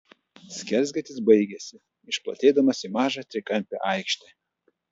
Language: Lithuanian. skersgatvis baigėsi išplatėdamas į mažą trikampę aikštę